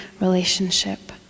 relationship